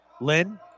Lynn